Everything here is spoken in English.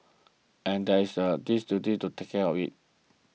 and there is a this duty to take care of it